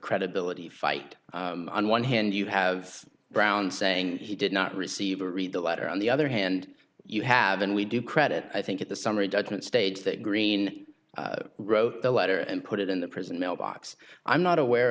credibility fight on one hand you have brown saying he did not receive or read the letter on the other hand you haven't we do credit i think that the summary judgment stage that green wrote the letter and put it in the prison mailbox i'm not aware